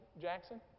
Jackson